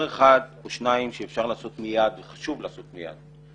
אחד או שניים שאפשר לעשות מיד וחשוב לעשות מיד.